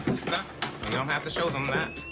stuff we don't have to show them that.